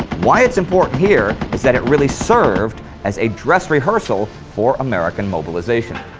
why it's important here is that it really served as a dress rehearsal for american mobilization.